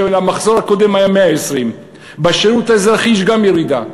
ולמחזור הקודם היה 120. גם בשירות האזרחי יש ירידה.